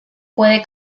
puede